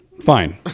Fine